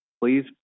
please